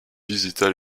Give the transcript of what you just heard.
visita